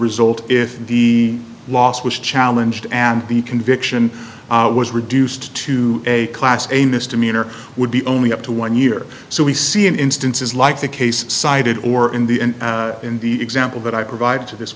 result if the loss was challenged and the conviction was reduced to a class a misdemeanor would be only up to one year so we see in instances like the case cited or in the in the example that i provide to this